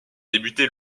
débuté